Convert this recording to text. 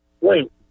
wait